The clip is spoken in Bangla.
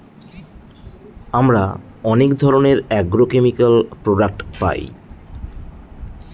আমরা অনেক ধরনের এগ্রোকেমিকাল প্রডাক্ট পায়